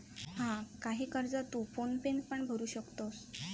हा, काही कर्जा तू फोन पेन पण भरू शकतंस